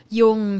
yung